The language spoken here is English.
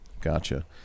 Gotcha